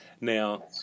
Now